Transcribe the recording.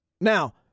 now